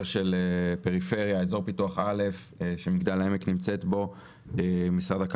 של פריפריה ואזור פיתוח א' שמגדל העמק נמצאת בו,